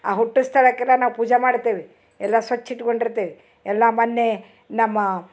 ಆ ಹುಟ್ಟು ಸ್ಥಳಕೆಲ್ಲ ನಾವು ಪೂಜೆ ಮಾಡ್ತೇವಿ ಎಲ್ಲ ಸ್ವಚ್ಛ ಇಟ್ಕೊಂಡು ಇರ್ತೇವಿ ಎಲ್ಲ ಮೊನ್ನೆ ನಮ್ಮ